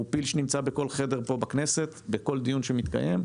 הוא פיל שנמצא בכל חדר פה בכנסת בכל דיון שמתקיים,